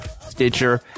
stitcher